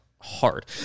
hard